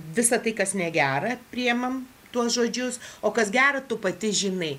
visa tai kas negera priemam tuos žodžius o kas gera tu pati žinai